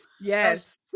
Yes